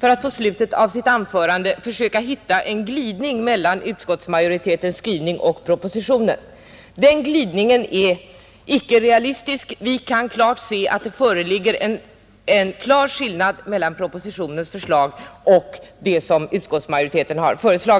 för att på slutet av sitt anförande försöka hitta en glidning mellan utskottsmajoritetens skrivning och propositionen. Den glidningen är inte realistisk; det föreligger en klar skillnad mellan propositionen och utskottsmajoritetens förslag.